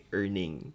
earning